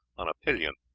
on a pillion.